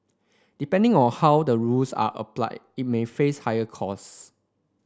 depending on how the rules are applied it may face higher costs